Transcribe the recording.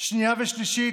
השנייה והשלישית,